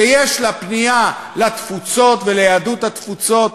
שיש לה פנייה לתפוצות וליהדות התפוצות,